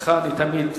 לך אני תמיד,